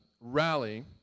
rally